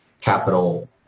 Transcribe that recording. capital